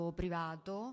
privato